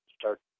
start